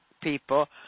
people